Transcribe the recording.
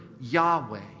Yahweh